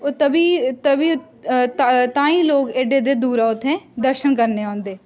ओह् तभी तभी ताईं लोक एड्डे एड्डे दूरा उत्थें दर्शन करने औंदे